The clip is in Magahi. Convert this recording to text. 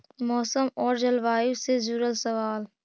मौसम और जलवायु से जुड़ल सवाल?